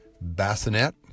Bassinet